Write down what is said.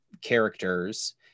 characters